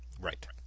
right